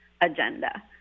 agenda